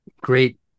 great